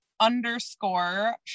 underscore